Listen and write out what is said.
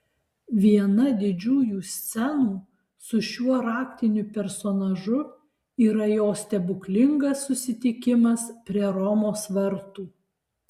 viena didžiųjų scenų su šiuo raktiniu personažu yra jo stebuklingas susitikimas prie romos vartų